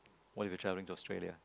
what is you're travelling to Australia